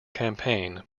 campaign